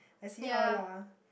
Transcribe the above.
then see how lah